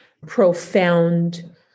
profound